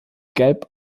gelb